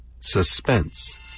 Suspense